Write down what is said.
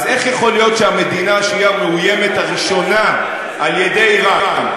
איך יכול להיות שהמדינה שהיא המאוימת הראשונה על-ידי איראן,